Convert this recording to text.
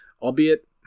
albeit